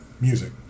music